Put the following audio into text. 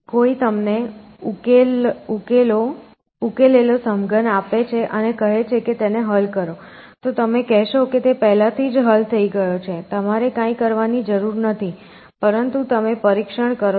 કોઈ તમને ઉકેલેલો સમઘન આપે છે અને કહે કે તેને હલ કરો તો તમે કહેશો કે તે પહેલાથી જ હલ થઈ ગયો છે તમારે કાંઈ કરવાની જરૂર નથી પરંતુ તમે પરીક્ષણ કરો છો